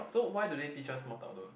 so why do they teach us small talk though